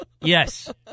Yes